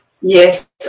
Yes